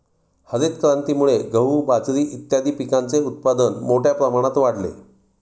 हरितक्रांतीमुळे गहू, बाजरी इत्यादीं पिकांचे उत्पादन मोठ्या प्रमाणात वाढले